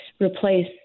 replace